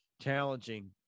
challenging